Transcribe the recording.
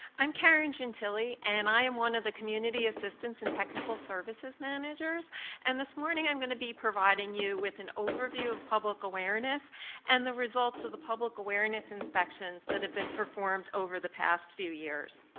i'm karen gentile and i am one of the community assistance and technical services managers and this morning i'm going to be providing you with an overview of public awareness and the results of the public awareness inspections that have been performed over the past few years.